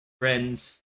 friends